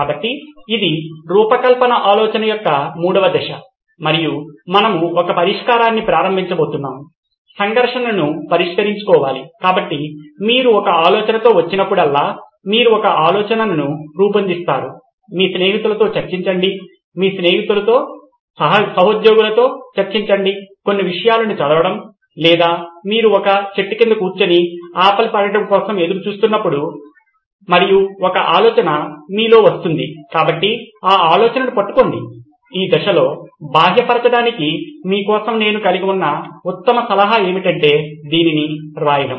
కాబట్టి ఇది రూపకల్పన ఆలోచన యొక్క మూడవ దశ మరియు మనము ఒక పరిష్కారాన్ని ప్రారంభించబోతున్నాము సంఘర్షణను పరిష్కరించుకోవాలి కాబట్టి మీరు ఒక ఆలోచనతో వచ్చినప్పుడల్లా మీరు ఒక ఆలోచనను రూపొందిస్తారు మీ స్నేహితులతో చర్చించండి మీ సహోద్యోగులతో చర్చించండి కొన్ని విషయాలను చదవడం లేదా మీరు ఒక చెట్టు కింద కూర్చుని ఆపిల్ పడటం కోసం ఎదురు చూస్తున్నప్పుడు మరియు ఒక ఆలోచన మీలో వస్తుంది కాబట్టి ఆ ఆలోచనను పట్టుకోండి ఈ దశలో బాహ్యపరచడానికి మీ కోసం నేను కలిగి ఉన్న ఉత్తమ సలహా ఏమిటంటే దీనిని రాయడం